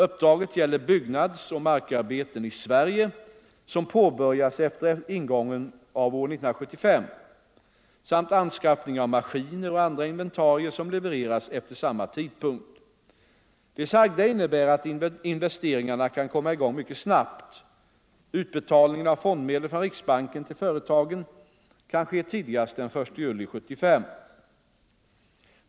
Uppdraget gäller byggnadsoch markarbeten i Sverige som påbörjas efter ingången av år 1975 samt anskaffning av maskiner och andra inventarier som levereras efter samma tidpunkt. Det sagda innebär att investeringarna kan komma i gång mycket snabbt. Utbetalning av fondmedlen från riksbanken till företagen kan ske tidigast den 1 juli 1975.